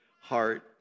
heart